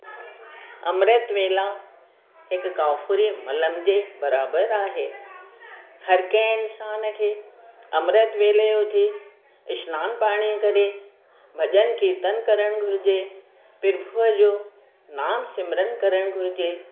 अमृत वेला हिकु काफ़िरे मलंग जे बराबरि आहे हर कंहिं इंसान खे अमृत वेले जो उथी इश्नानु पाणी करे भॼन कीर्तन करणु घुर्जे पिर्भूअ जो नाम सिमरनि करणु घुर्जे